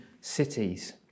cities